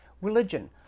religion